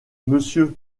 monsieur